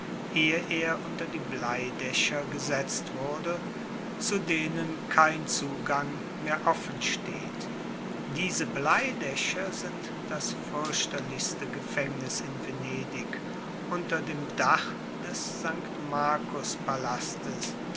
ehe er unter die bleidächer gesetzt wurde zu denen kein zugang mehr offen steht diese bleidächer sind das fürchterlichste gefängnis in venedig unter dem dach des st